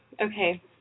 Okay